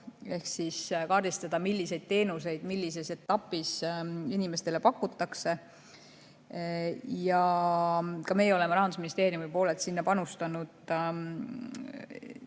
ehk kaardistada, milliseid teenuseid millises etapis inimesele pakutakse. Ka meie oleme Rahandusministeeriumi poolelt sinna panustanud, ja ka